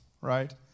right